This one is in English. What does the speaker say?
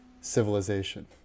civilization